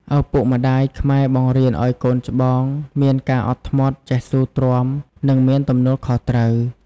ឪពុកម្តាយខ្មែរបង្រៀនឲ្យកូនច្បងមានការអត់ធ្មត់ ចេះស៊ូទ្រាំ និងមានទំនួលខុសត្រូវ។